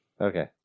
Okay